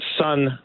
son